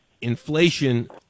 inflation